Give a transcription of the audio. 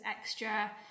extra